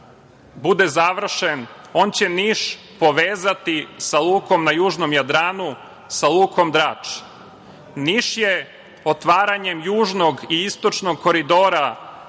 bude završen, on će Niš povezati sa lukom na južnom Jadranu, sa lukom Drač. Niš je otvaranjem južnog i istočnog kraka